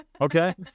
Okay